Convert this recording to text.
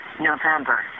november